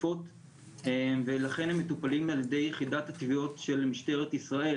תקיפות ולכן הם מטופלים ע"י יחידת התביעות של משטרת ישראל